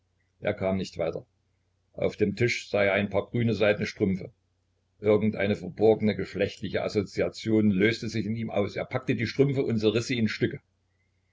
er kam nicht weiter auf dem tisch sah er ein paar grüne seidne strümpfe irgend eine verborgene geschlechtliche assoziation löste sich in ihm aus er packte die strümpfe und zerriß sie in stücke